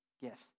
gifts